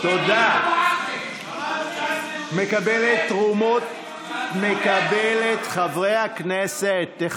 תודה, תודה רבה, חבר הכנסת טיבי.